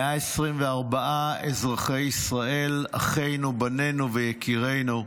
124 אזרחי ישראל, אחינו, בנינו ויקירנו,